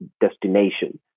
destination